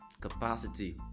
capacity